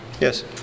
Yes